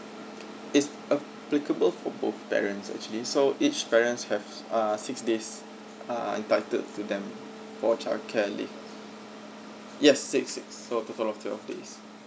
it's applicable for both parents actually so each parents have err six days err entitled to them for childcare leave yes six six for a total of twelve days